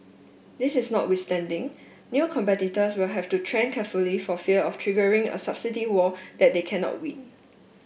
this is notwithstanding new competitors will have to tread carefully for fear of triggering a subsidy war that they cannot win